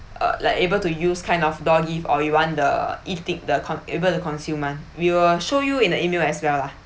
like able to use kind of door gift or you want the eat it the con~ able to consume ah we will show you in the email as well lah